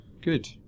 good